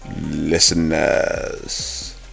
listeners